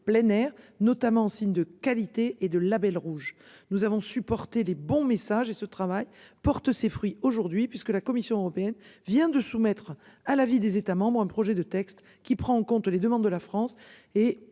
plein air notamment en signe de qualité et de Label rouge, nous avons supporté les bons messages et ce travail porte ses fruits aujourd'hui puisque la Commission européenne vient de soumettre à l'avis des États membres. Un projet de texte qui prend en compte les demandes de la France est